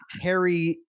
Harry